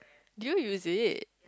do you use it